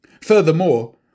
Furthermore